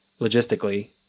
logistically